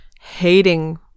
hating